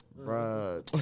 Bro